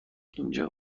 اینجا